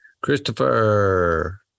Christopher